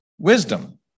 Wisdom